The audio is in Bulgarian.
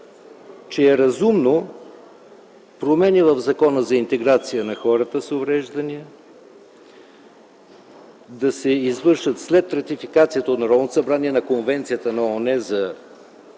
че е разумно промени в Закона за интеграция на хората с увреждания да се извършат след ратификацията от Народното събрание на Конвенцията на ООН за